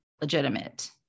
legitimate